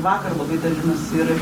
vakar labai dalinosi ir